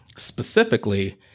Specifically